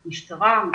משטרה,